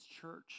church